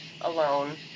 alone